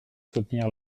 soutenir